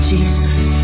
Jesus